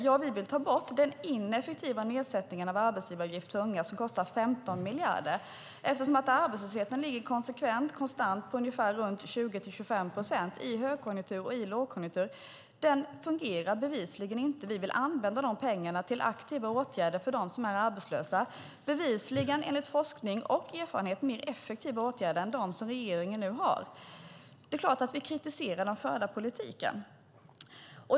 Ja, vi vill ta bort den ineffektiva nedsättningen av arbetsgivaravgiften för unga som kostar 15 miljarder, eftersom arbetslösheten ligger konstant på ungefär 20-25 procent i högkonjunktur och i lågkonjunktur. Den fungerar bevisligen inte. Vi vill använda de pengarna till aktiva åtgärder för dem som är arbetslösa. Det är, enligt både forskning och erfarenhet, mer effektiva åtgärder än de som regeringen nu vidtar. Det är klart att vi kritiserar den förda politiken.